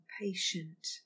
patient